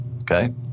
Okay